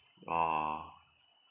orh